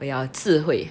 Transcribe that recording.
我要智慧